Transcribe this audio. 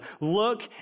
look